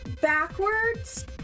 backwards